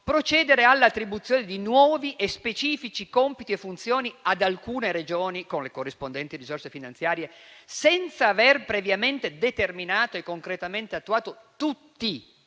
procedere all'attribuzione di nuovi e specifici compiti e funzioni ad alcune Regioni, con le corrispondenti risorse finanziarie, senza aver previamente determinato e concretamente attuato tutti i